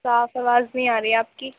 صاف آواز نہیں آ رہی آپ کی